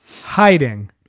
Hiding